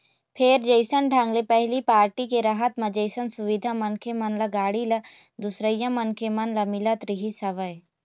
फेर जइसन ढंग ले पहिली पारटी के रहत म जइसन सुबिधा मनखे मन ल, गाड़ी ल, दूसरइया मनखे मन ल मिलत रिहिस हवय